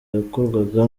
yakorwaga